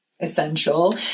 essential